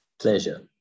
Pleasure